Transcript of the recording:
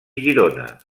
girona